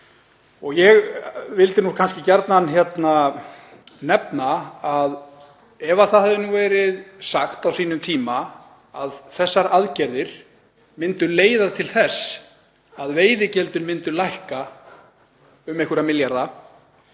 Ég vildi gjarnan nefna að ef það hefði verið sagt á sínum tíma að þessar aðgerðir myndu leiða til þess að veiðigjöldin myndu lækka um einhverja milljarða